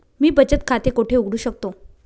मी बचत खाते कोठे उघडू शकतो?